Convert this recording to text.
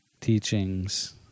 teachings